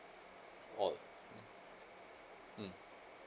oh mm